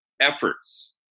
efforts